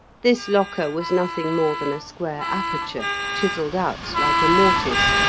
this locker was nothing more than a square aperture chiselled out like a mortice,